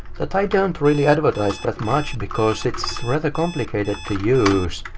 that i don't really advertise that much, because it's rather complicated to use.